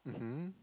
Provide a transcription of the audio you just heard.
mmhmm